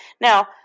Now